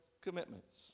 commitments